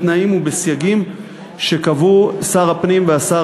בתנאים ובסייגים שקבעו שר הפנים והשר